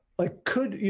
like could,